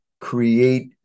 create